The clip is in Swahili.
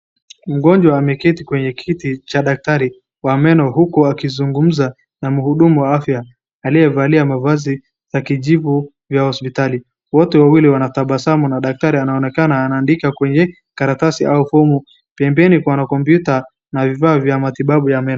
Mgonjwa ameketi kwenye kiti cha daktari wa meno huku wakizungumza na mhudumu wa afya .Aliyevalia mavazi akijibu vya hospitali. Wote wawili wanatabasamu na daktari anaonekana anandika kwenye karatasi au humu pembeni kwa makomputa na vifaa vya matibabu ya meno.